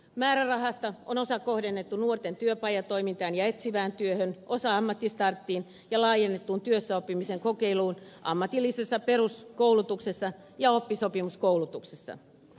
määrärahasta osa on kohdennettu nuorten työpajatoimintaan ja etsivään työhön osa ammattistarttiin ja laajennettuun työssäoppimisen kokeiluun ammatillisessa peruskoulutuksessa ja oppisopimuskoulutuksessa